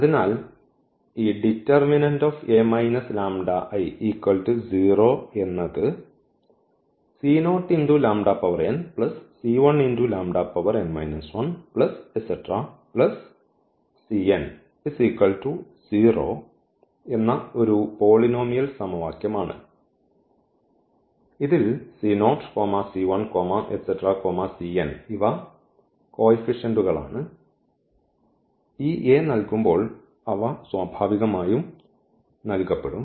അതിനാൽ ഈ എന്നത് എന്ന ഒരു പോളിനോമിയൽ സമവാക്യം ആണ് ഇതിൽ ഇവ കോയിഫിഷെന്റുകളാണ് ഈ A നൽകുമ്പോൾ അവ സ്വാഭാവികമായും നൽകപ്പെടും